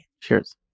Cheers